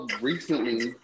recently